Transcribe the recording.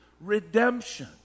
redemption